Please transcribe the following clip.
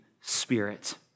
Spirit